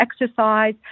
exercise